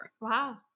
Wow